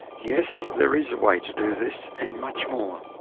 yes, there is a way to do this and much more.